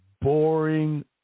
boring